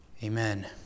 Amen